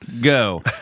go